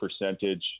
percentage